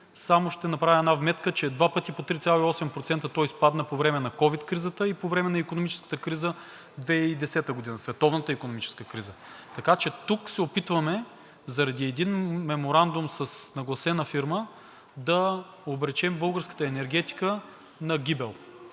Само ще направя една вметка, че два пъти по 3,8% той спадна по време на ковид кризата и по време на икономическата криза 2010 г., световната икономическа криза, така че тук се опитваме заради един меморандум с нагласена фирма да обречем българската енергетика на гибел.